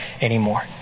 anymore